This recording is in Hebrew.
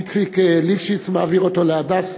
איציק ליפשיץ מעביר אותו ל"הדסה".